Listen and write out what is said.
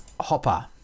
Hopper